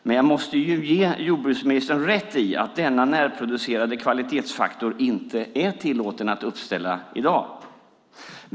Men jag måste ge jordbruksministern rätt i att denna närproducerade kvalitetsfaktor inte är tillåten att uppställa i dag.